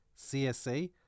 csa